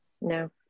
no